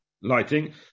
lighting